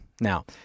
Now